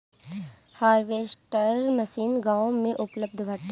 harvester machine गाँव में उपलब्ध बाटे